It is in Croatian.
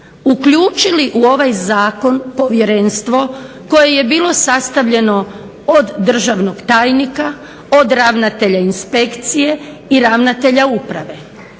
uključili u ovaj Zakon povjerenstvo koje je bilo sastavljeno od državnog tajnika, od ravnatelja inspekcije i ravnatelja uprave.